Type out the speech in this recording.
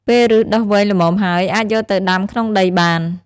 ពេលឫសដុះវែងល្មមហើយ អាចយកទៅដាំក្នុងដីបាន។